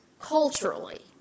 culturally